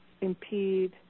impede